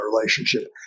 relationship